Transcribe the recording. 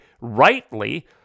rightly